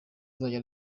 azajya